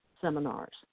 seminars